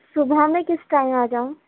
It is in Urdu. صُبح میں کس ٹائم آ جاؤں